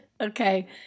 Okay